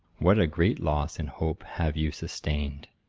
what a great loss in hope have you sustain'd!